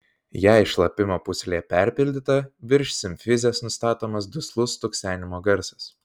jei šlapimo pūslė perpildyta virš simfizės nustatomas duslus stuksenimo garsas